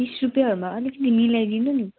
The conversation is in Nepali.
तिस रुपियाँहरूमा अलिकति मिलाइदिनु नि